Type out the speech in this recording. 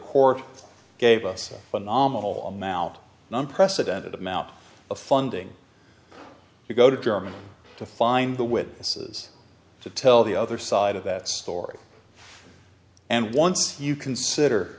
court gave us a phenomenal amount unprecedented amount of funding to go to germany to find the witnesses to tell the other side of that story and once you consider